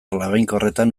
labainkorretan